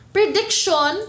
Prediction